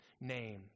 name